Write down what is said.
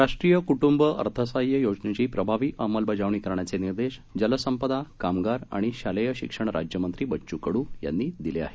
राष्ट्रीय कुटुंब अर्थसाह्य योजनेची प्रभावी अंमलबजावणी करण्याचे निर्देश जलसंपदा कामगार आणि शालेय शिक्षण राज्यमंत्री बच्चू कडू यांनी दिले आहेत